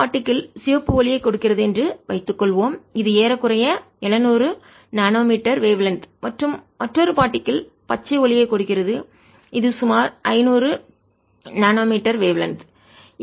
ஒரு பார்டிகில்துகள் சிவப்பு ஒளியைக் கொடுக்கிறது என்று வைத்துக்கொள்வோம் இது ஏறக்குறைய 700 நூறு நானோ மீட்டர் வேவ்லென்த் அலைநீளம் மற்றும் மற்றொரு பார்டிகில்துகள் பச்சை ஒளியைக் கொடுக்கிறது இது சுமார் 500 நானோ மீட்டர் வேவ்லென்த் அலைநீளம்